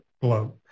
globe